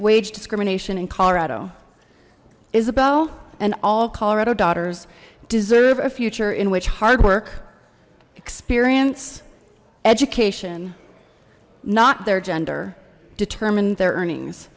wage discrimination in colorado isabel and all colorado daughters deserve a future in which hard work experience education not their gender determine their earnings